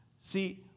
See